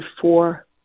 four